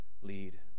lead